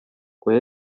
kui